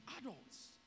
adults